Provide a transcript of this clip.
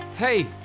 Hey